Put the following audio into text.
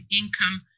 income